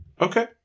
Okay